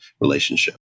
relationship